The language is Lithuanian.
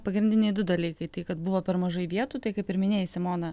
pagrindiniai du dalykai tai kad buvo per mažai vietų tai kaip ir minėjai simona